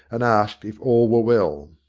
and asked if all were well.